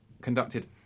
conducted